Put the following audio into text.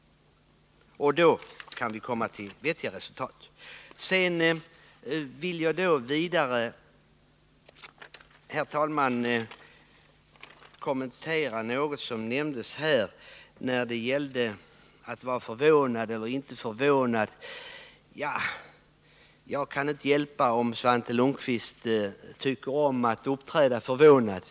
Då kan vi uppnå vettiga resultat. Sedan vill jag, herr talman, kommentera vad som sades om att vara förvånad eller inte förvånad. Jag kan inte hjälpa om Svante Lundkvist tycker om att uppträda som förvånad.